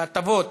ההטבות